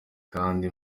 abandi